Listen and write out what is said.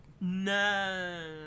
No